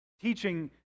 teaching